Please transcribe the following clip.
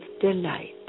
delight